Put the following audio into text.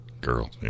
girls